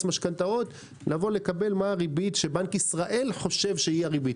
משכנתאות לקבל מה הריבית שבנק ישראל חושב שהיא הריבית.